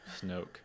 Snoke